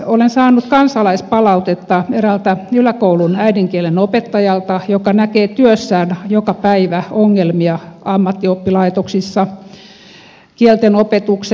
olen saanut kansalaispalautetta eräältä yläkoulun äidinkielen opettajalta joka näkee työssään joka päivä ongelmia ammattioppilaitoksissa kieltenopetuksessa